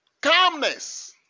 Calmness